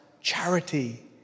charity